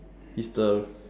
is the